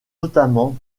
notamment